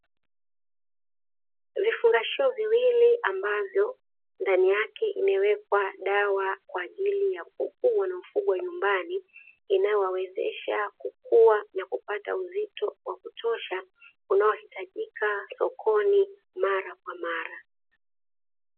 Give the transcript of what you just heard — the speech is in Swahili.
Vifungashio viwili ambavyo ndani yake imewekwa dawa kwa ajili ya kuku wanaofugwa nyumbani, inayowawezesha kukua na kupata uzito wakutosha unaohitajika sokoni mara kwa mara.